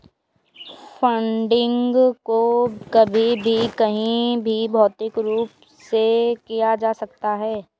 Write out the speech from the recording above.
funding को कभी भी कहीं भी भौतिक रूप से किया जा सकता है